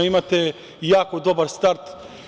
Imate jako dobar start.